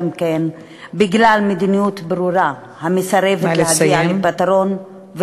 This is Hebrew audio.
בגלל מדיניות ברורה המסרבת להגיע לפתרון,